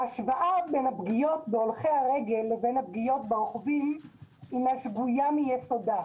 ההשוואה בין הפגיעות בהולכי הרגל לפגיעות ברוכבים היא שגויה מיסודה.